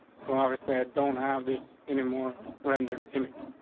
so obviously i don't have this anymore rendered image.